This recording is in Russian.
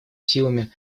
силами